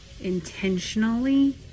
intentionally